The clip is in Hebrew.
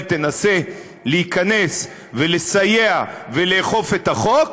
תנסה להיכנס ולסייע ולאכוף את החוק,